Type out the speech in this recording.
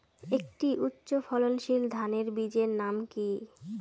একটি উচ্চ ফলনশীল ধানের বীজের নাম কী?